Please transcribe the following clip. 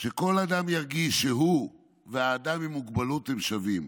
שכל אדם ירגיש שהוא והאדם עם מוגבלות שווים.